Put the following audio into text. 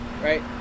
Right